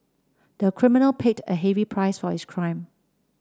the criminal paid a heavy price for his crime